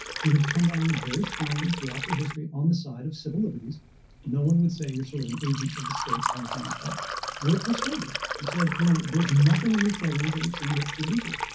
who have come down very strongly throughout their history, on the side of civil liberties no one would say you're sort of an agent of the state or anything like that were persuaded. you said, you know, there's nothing in these programs that we've seen that's illegal,